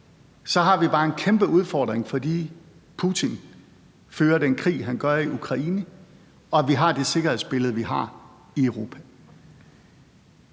det har vi bare en kæmpe udfordring, fordi Putin fører den krig, han gør, i Ukraine og vi har det sikkerhedsbillede, vi har, i Europa.